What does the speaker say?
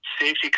safety